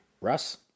Russ